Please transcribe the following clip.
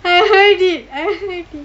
I heard it I heard it